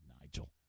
Nigel